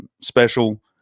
special